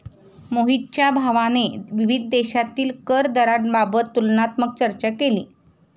मोहितच्या भावाने विविध देशांतील कर दराबाबत तुलनात्मक चर्चा केली